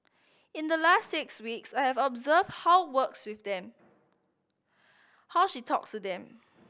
in the last six weeks I have observed how works with them how she talks to them